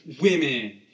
women